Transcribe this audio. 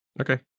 Okay